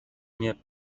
mnie